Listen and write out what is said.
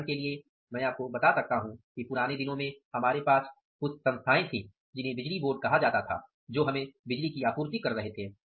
उदाहरण के लिए मैं आपको बता सकता हूं कि पुराने दिनों में हमारे पास कुछ संस्थाएँ थीं जिन्हें बिजली बोर्ड कहा जाता था जो हमें बिजली की आपूर्ति कर रहे थे